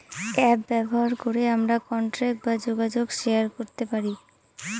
app ব্যবহার করে আমরা কন্টাক্ট বা যোগাযোগ শেয়ার করতে পারি